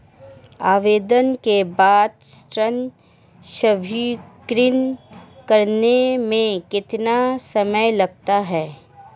आवेदन के बाद ऋण स्वीकृत करने में कितना समय लगता है?